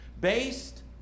Based